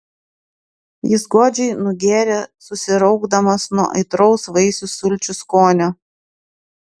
jis godžiai nugėrė susiraukdamas nuo aitraus vaisių sulčių skonio